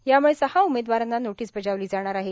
यामुळे सहा उमेदवारांना नोटीस बजावली जाणार आहे